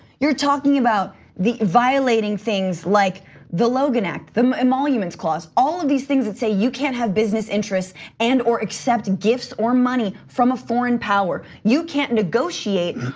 you're talking about the violating things like the logan act, the emoluments clause all of these things that say you can't have business interests and or accept gifts or money from a foreign power. you can't negotiate